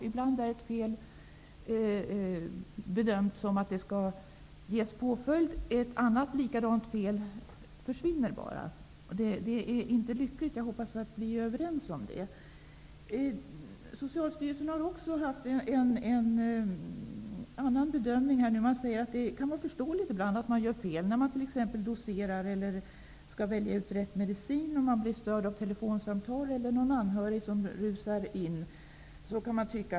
Ibland görs bedömningen att ett visst fel ger påföljd, medan ett annat liknande fel ibland bara raderas ut. Det är olyckligt. Det hoppas jag att vi är överens om. Socialstyrelsen har också haft en annan bedömning. Från Socialstyrelsens sida säger man att det kan vara förståeligt att det ibland begås fel vid dosering, eller vid val av rätt medicin, om man blir störd av telefonsamtal eller av någon anhörig som rusar in.